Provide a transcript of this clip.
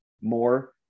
more